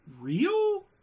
real